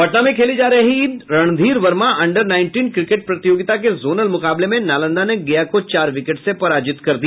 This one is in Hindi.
पटना में खेली जा रही Randhir Verma under nineteen cricket प्रतियोगिता के जोनल मुकाबले में नालंदा ने गया को चार विकेट से पराजित कर दिया